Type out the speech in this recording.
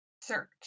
Search